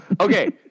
Okay